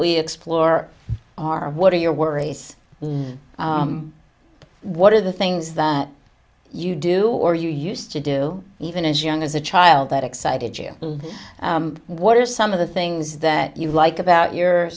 we explore are what are your worries what are the things that you do or you used to do even as young as a child that excited you what are some of the things that you like about your